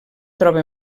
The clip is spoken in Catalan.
troba